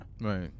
Right